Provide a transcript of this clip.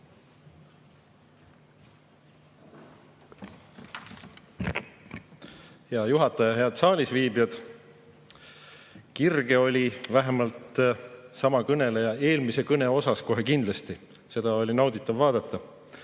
Hea juhataja! Head saalis viibijad! Kirge oli vähemalt sama kõneleja eelmises kõne osas kohe kindlasti. Seda oli nauditav vaadata.